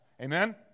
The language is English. Amen